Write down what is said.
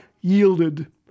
yielded